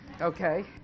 okay